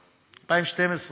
2012?